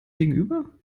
gegenüber